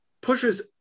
pushes